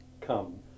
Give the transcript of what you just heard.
come